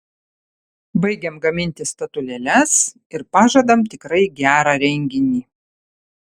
baigiam gaminti statulėles ir pažadam tikrai gerą renginį